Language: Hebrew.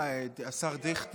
איי, השר דיכטר.